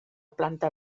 planta